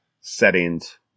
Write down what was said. settings